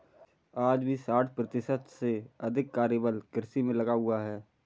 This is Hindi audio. आज भी साठ प्रतिशत से अधिक कार्यबल कृषि में लगा हुआ है